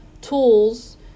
tools